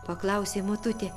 paklausė motutė